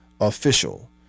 Official